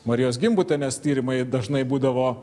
marijos gimbutienės tyrimai dažnai būdavo